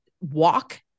walk